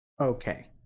Okay